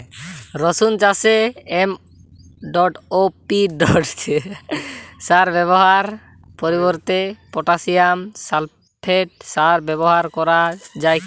রসুন চাষে এম.ও.পি সার ব্যবহারের পরিবর্তে পটাসিয়াম সালফেট সার ব্যাবহার করা যায় কি?